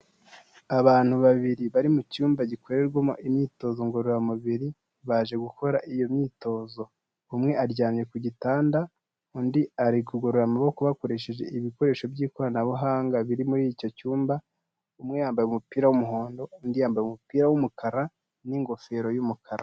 Abantu babiri bari mu cyumba gikorerwamo imyitozo ngororamubiri baje gukora iyo myitozo, umwe aryamye ku gitanda, undi ari kugorora amaboko bakoresheje ibikoresho by'ikoranabuhanga biri muri icyo cyumba, umwe yambaye umupira w'umuhondo undi yambaye umupira w'umukara n'igofero y'umukara.